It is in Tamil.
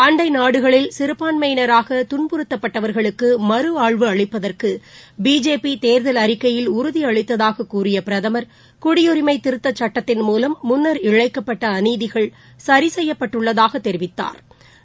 அண்டை நாடுகளில் சிறுபான்மையினராக துன்பறுத்தப்பட்டவர்களுக்கு மறுவாழ்வு அளிப்பதற்கு பிஜேபி தேர்தல் அறிக்கையில் உறுதி அளித்ததாகக் கூறிய பிரதமர் குடியுரிமை திருத்தச் சட்டத்தின் மூலம் முன்னா் இழைக்கப்பட்ட அநீதிகள் சரி செய்யப்பட்டுள்ளதாகத் தெரிவித்தாா்